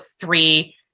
three